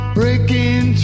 breaking